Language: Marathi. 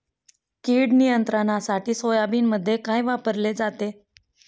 कीड नियंत्रणासाठी सोयाबीनमध्ये काय वापरले जाते?